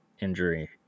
injury